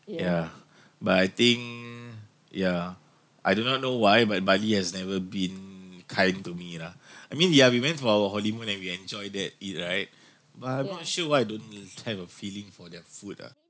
yeah but I think yeah I do not know why but bali has never been kind to me lah I mean ya we went for our honeymoon and we enjoyed that eat right but I'm not sure why I don't have a feeling for their food ah